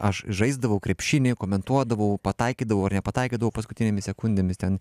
aš žaisdavau krepšinį komentuodavau pataikydavau ar nepataikydavau paskutinėmis sekundėmis ten